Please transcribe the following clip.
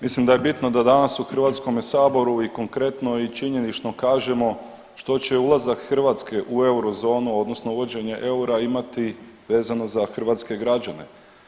Mislim da je bitno da danas u HS-u i konkretno i činjenično kažemo što će ulazak Hrvatske u eurozonu odnosno uvođenje eura imati vezano za hrvatske građane.